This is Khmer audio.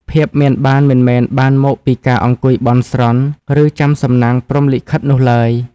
ភាពមានបានមិនមែនបានមកពីការអង្គុយបន់ស្រន់ ឬចាំសំណាងព្រហ្មលិខិតនោះឡើយ។